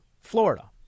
Florida